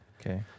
Okay